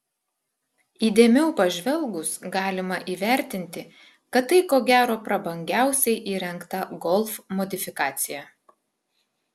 įdėmiau pažvelgus galima įvertinti kad tai ko gero prabangiausiai įrengta golf modifikacija